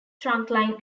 trunkline